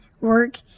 work